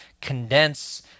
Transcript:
condense